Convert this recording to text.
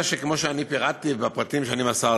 ובסוף